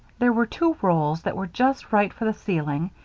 there were two rolls that were just right for the ceiling,